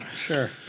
Sure